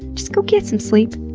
go get some sleep.